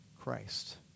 christ